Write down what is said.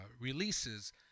releases